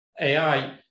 AI